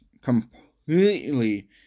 completely